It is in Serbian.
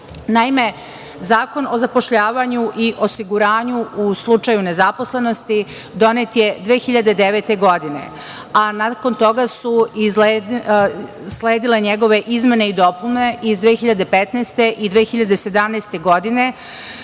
Zakon o zapošljavanju i osiguranju u slučaju nezaposlenosti donet je 2009. godine, a nakon toga su usledile njegove izmene i dopune iz 2015. godine i 2017. godine,